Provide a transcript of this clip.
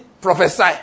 prophesy